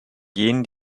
gehen